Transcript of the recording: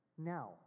Now